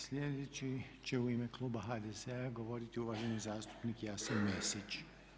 Sljedeći će u ime kluba HDZ-a govoriti uvaženi zastupnik Jasen Mesić.